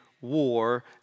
war